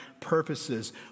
purposes